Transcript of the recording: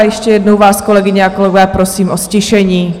Ještě jednou vás, kolegyně a kolegové, prosím o ztišení.